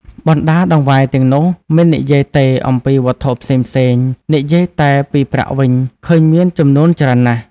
បណ្ដាតង្វាយទាំងនោះ មិននិយាយទេអំពីវត្ថុផ្សេងៗ និយាយតែពីប្រាក់វិញ ឃើញមានចំនួនច្រើនណាស់ ។